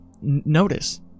notice